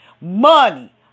money